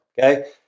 Okay